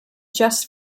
just